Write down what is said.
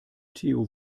theo